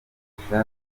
afrifame